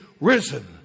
risen